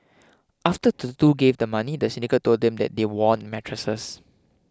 after the two gave the money the syndicate told them that they won mattresses